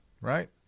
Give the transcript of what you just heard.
right